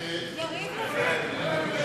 יריב לוין.